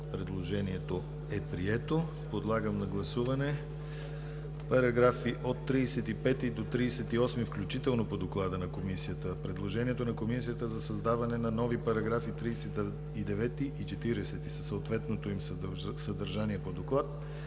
Предложението е прието. Подлагам на гласуване параграфи от 35 до 38 включително по Доклада на Комисията; предложението на Комисията за създаване на нови параграфи 39 и 40 със съответното им съдържание по Доклада,